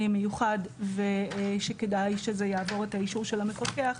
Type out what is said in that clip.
מיוחד ושכדאי שזה יעבור את האישור של המפקח,